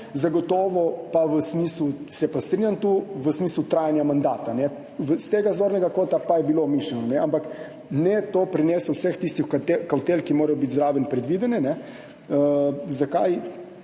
zagotovo pa v smislu, se pa strinjam, trajanja mandata. S tega zornega kota pa je bilo mišljeno, ampak to ne prinese vseh tistih kavtel, ki morajo biti zraven predvidene. Zakaj